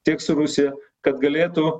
tiek su rusija kad galėtų